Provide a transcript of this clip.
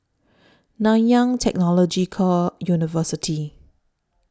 Nanyang Technological University